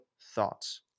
thoughts